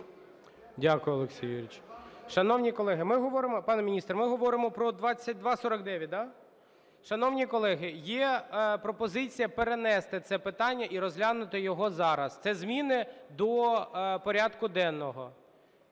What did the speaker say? Дякую, Олексій Юрійович. Шановні колеги, ми говоримо… Пане міністр, ми говоримо про 2249, да? Шановні колеги, є пропозиція перенести це питання і розглянути його зараз. Це зміни до порядку денного.